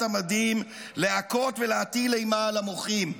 המדים להכות ולהטיל אימה על המוחים.